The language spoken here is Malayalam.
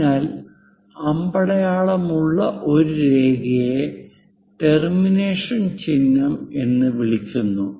അതിനാൽ അമ്പടയാളമുള്ള ഒരു രേഖയെ ടെർമിനേഷൻ ചിഹ്നം എന്ന് വിളിക്കുന്നു